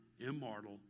immortal